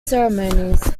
ceremonies